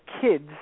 kids